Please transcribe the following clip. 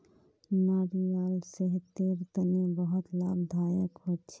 नारियाल सेहतेर तने बहुत लाभदायक होछे